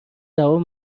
جواب